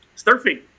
surfing